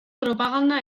propaganda